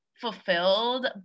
fulfilled